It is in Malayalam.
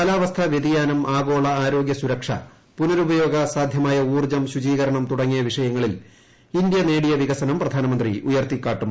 കാലാവസ്ഥാ വൃതിയാനം ആഗോള ആരോഗ്യസുരക്ഷ പുനരുപയോഗ സാധ്യമായ ഊർജജം ശുചീകരണം തുടങ്ങിയ വിഷയങ്ങളിൽ ഇന്ത്യ നേടിയ വികസനം പ്രധാനമന്ത്രി ഉയർത്തി കാട്ടും